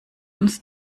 uns